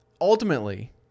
Ultimately